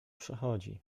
przechodzi